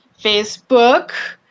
Facebook